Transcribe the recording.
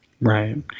Right